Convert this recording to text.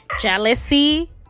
jealousy